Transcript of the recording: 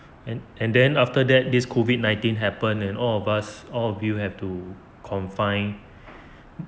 and and then after that this COVID nineteen happen and all of us all of you have to confine